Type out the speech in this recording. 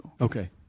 okay